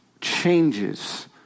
changes